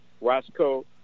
Roscoe